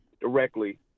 directly